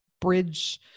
bridge